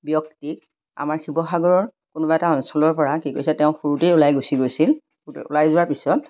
ব্যক্তিক আমাৰ শিৱসাগৰৰ কোনোবা এটা অঞ্চলৰ পৰা কি কৰিছে তেওঁ সৰুতেই ওলাই গুচি গৈছিল ওলাই যোৱাৰ পিছত